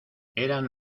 eran